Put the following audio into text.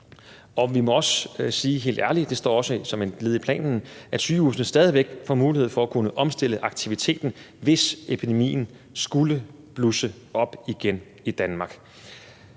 – det står også som et led i planen – at sygehusene stadig væk får mulighed for at kunne omstille aktiviteter, hvis epidemien skulle blusse op igen i Danmark.